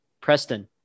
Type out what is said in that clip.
Preston